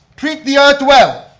treat the earth well.